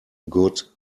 good